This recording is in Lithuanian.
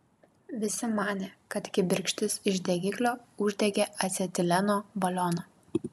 visi manė kad kibirkštis iš degiklio uždegė acetileno balioną